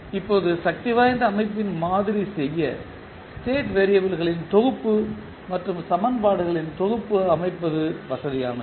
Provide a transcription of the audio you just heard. இப்போது சக்திவாய்ந்த அமைப்பின் மாதிரி செய்ய ஸ்டேட் வேறியபிள் களின் தொகுப்பு மற்றும் சமன்பாடுகளின் தொகுப்பு அமைப்பது வசதியானது